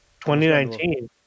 2019